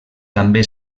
també